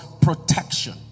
protection